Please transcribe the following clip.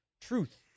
truth